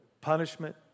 punishment